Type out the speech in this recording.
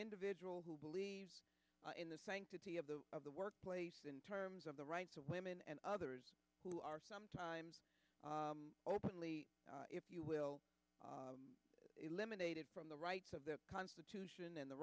individual who believe in the sanctity of the of the workplace in terms of the rights of women and others who are sometimes openly if you will be eliminated from the rights of the constitution and the